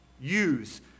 use